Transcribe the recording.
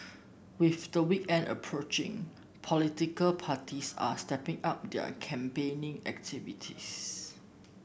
with the weekend approaching political parties are stepping up their campaigning activities